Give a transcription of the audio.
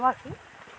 खोना